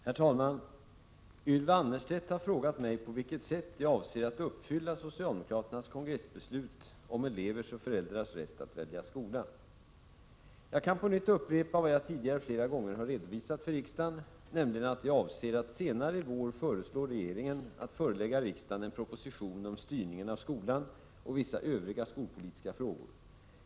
Herr talman! Ylva Annerstedt har frågat mig på vilket sätt jag avser att uppfylla socialdemokraternas kongressbeslut om elevers och föräldrars rätt att välja skola. Jag kan på nytt upprepa vad jag tidigare flera gånger redovisat för riksdagen, nämligen att jag avser att senare i vår föreslå regeringen att förelägga riksdagen en proposition om styrningen av skolan och vissa övriga skolpolitiska frågor.